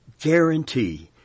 guarantee